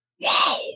Wow